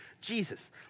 Jesus